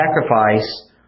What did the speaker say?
sacrifice